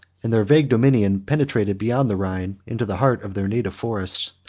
and their vague dominion penetrated beyond the rhine, into the heart of their native forests.